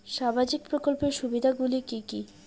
সামাজিক প্রকল্পের সুবিধাগুলি কি কি?